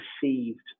perceived